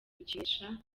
gukinisha